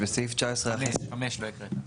(5)